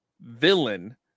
villain